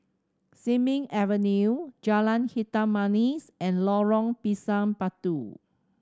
Sin Ming Avenue Jalan Hitam Manis and Lorong Pisang Batu